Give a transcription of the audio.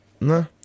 No